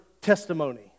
testimony